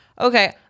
Okay